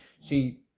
See